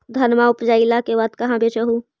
धनमा उपजाईला के बाद कहाँ बेच हू?